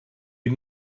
you